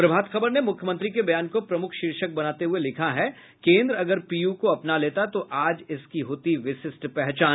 प्रभात खबर ने मुख्यमंत्री के बयान को प्रमुख शीर्षक बनाते हुये लिखा है केन्द्र अगर पीयू को अपना लेता तो आज इसकी होती विशिष्ट पहचान